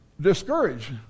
discouraged